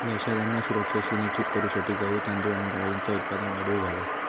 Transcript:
देशात अन्न सुरक्षा सुनिश्चित करूसाठी गहू, तांदूळ आणि डाळींचा उत्पादन वाढवूक हव्या